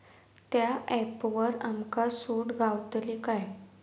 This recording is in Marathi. त्या ऍपवर आमका सूट गावतली काय?